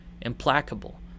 implacable